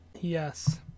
Yes